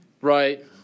Right